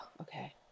okay